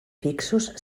fixos